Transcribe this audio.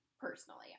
personally